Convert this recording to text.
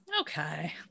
Okay